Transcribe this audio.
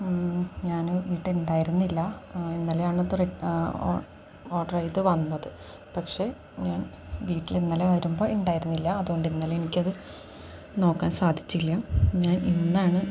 ഞാന് ഇവിടെ ഉണ്ടായിരുന്നില്ല ഇന്നലെയാണത് ഓർഡർ ചെയ്തു വന്നത് പക്ഷെ ഞാൻ വീട്ടിലിന്നലെ വരുമ്പോള് ഇണ്ടായിരുന്നില്ല അതുകൊണ്ട് ഇന്നലെ എനിക്കതു നോക്കാൻ സാധിച്ചില്ല ഞാൻ ഇന്നാണ്